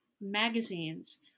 magazines